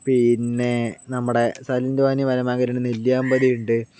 പിന്നെ നമ്മുടെ Silent Valley വന മേഖലയുണ്ട് നെല്ലിയാമ്പതി ഉണ്ട്